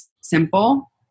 simple